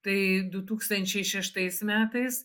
tai du tūkstančiai šeštais metais